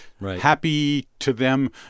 happy-to-them